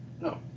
No